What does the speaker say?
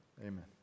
Amen